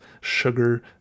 sugar